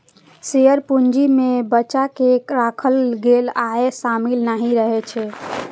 share पूंजी मे बचा कें राखल गेल आय शामिल नहि रहै छै